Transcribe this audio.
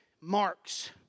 marks